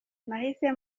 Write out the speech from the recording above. nahise